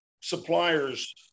suppliers